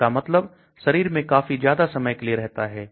इसका मतलब शरीर में काफी ज्यादा समय के लिए रहता है